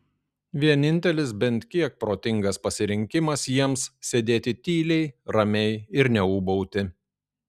vienintelis bent kiek protingas pasirinkimas jiems sėdėti tyliai ramiai ir neūbauti